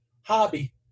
Hobby